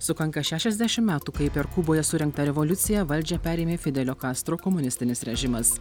sukanka šešiasdešimt metų kai per kuboje surengtą revoliuciją valdžią perėmė fidelio kastro komunistinis režimas